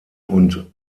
und